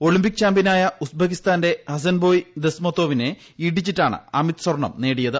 Olympic ചാമ്പ്യനായ ഉസ്ബക്കിസ്ഥാന്റെ ഹസൻബോയ് ദസ്മത്തോവിനെ ഇടിച്ചിട്ടാണ് അമിത് സ്വർണ്ണം നേടിയത്